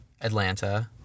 Atlanta